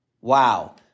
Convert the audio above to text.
Wow